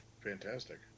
fantastic